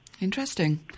Interesting